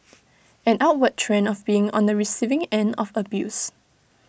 an upward trend of being on the receiving end of abuse